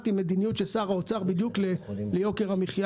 עם מדיניות של שר האוצר ליוקר המחיה.